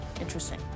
Interesting